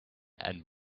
and